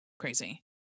crazy